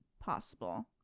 Possible